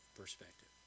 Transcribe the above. perspective